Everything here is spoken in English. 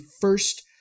first